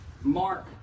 Mark